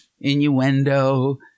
innuendo